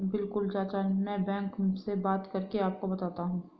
बिल्कुल चाचा में बैंक से बात करके आपको बताता हूं